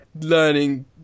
learning